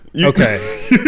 okay